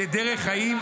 זה דרך חיים?